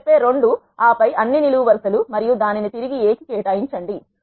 మీరు చెప్పే 2 ఆపై అన్ని నిలువు వరు సలు మరియు దానిని తిరిగి A కి కేటాయించండి